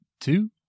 two